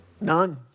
None